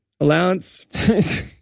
Allowance